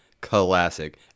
classic